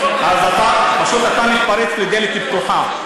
האימאמים, פשוט אתה מתפרץ לדלת פתוחה.